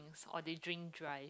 or they drink drive